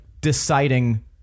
deciding